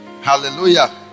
Hallelujah